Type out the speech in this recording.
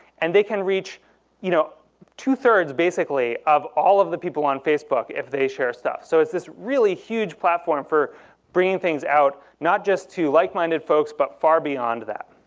and they can reach you know two-thirds, basically, of all of the people on facebook if they share stuff. so it's this really huge platform for bringing things out, not just to like-minded folks, but far beyond that.